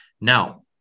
Now